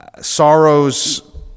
sorrows